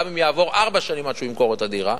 גם אם יעברו ארבע שנים עד שהוא ימכור את הדירה.